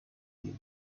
view